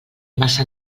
massa